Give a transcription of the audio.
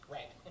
Right